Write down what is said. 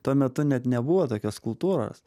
tuo metu net nebuvo tokios kultūros